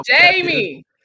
Jamie